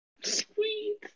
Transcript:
Sweet